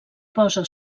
posa